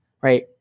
right